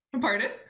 Pardon